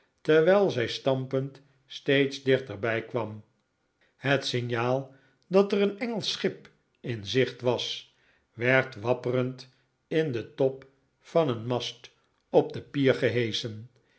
terwijl zij stampend steeds dichter bij kwam het signaal dat er een engelsch schip in zicht was werd wapperend in den top van een mast op de pier geheschen